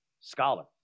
Scholar